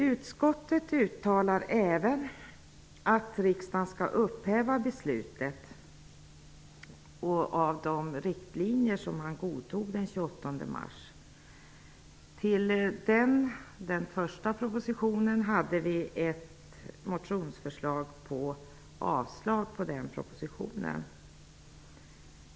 Utskottet uttalar även att riksdagen skall upphäva beslutet om de riktlinjer som man godtog den 28 mars. Till den första propositionen hade vi ett motionsförslag om avslag av den propositionen.